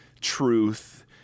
truth